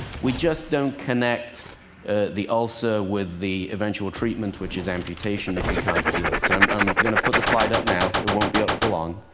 we just don't connect the ulcer with the eventual treatment, which is amputation, if you can't heal it. so i'm um going to put the slide up now. it won't be up for long.